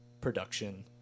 production